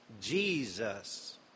Jesus